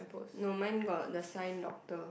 no mine got the sign doctor